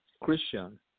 Christian